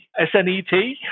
SNET